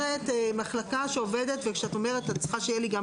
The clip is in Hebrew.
מתארת מחלקה עובדת ואת אומרת שאת צריכה שתהיה לך גם